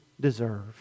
deserve